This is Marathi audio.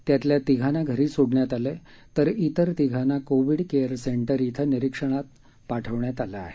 त्यातल्या तिघांना घरी सोडण्यात आलं तर अन्य तिघांना कोविड केअर सेंटर येथे निरीक्षणात पाठवण्यात आलं आहे